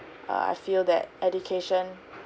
err I feel that education